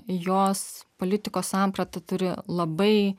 jos politikos samprata turi labai